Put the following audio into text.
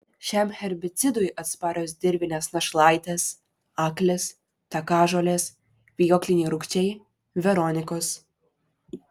šiam herbicidui atsparios dirvinės našlaitės aklės takažolės vijokliniai rūgčiai veronikos